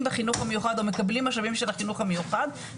בחינוך המיוחד ומקבלים משאבים של החינוך המיוחד,